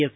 S